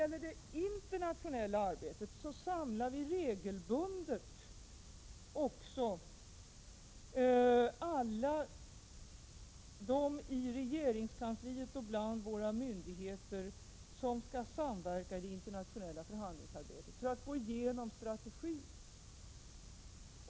I det internationella arbetet samlar vi regelbundet alla dem i regeringskansliet och dem bland våra myndigheter som skall samverka i det internationella förhandlingsarbetet, för att gå igenom strategin.